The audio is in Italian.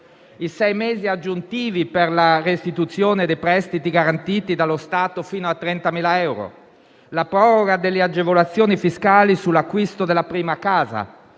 i sei mesi aggiuntivi per la restituzione dei prestiti garantiti dallo Stato fino a 30.000 euro; la proroga delle agevolazioni fiscali sull'acquisto della prima casa;